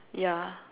yeah